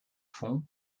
fond